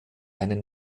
einen